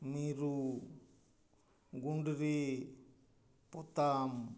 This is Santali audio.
ᱢᱤᱨᱩ ᱜᱩᱸᱰᱨᱤ ᱯᱚᱛᱟᱢ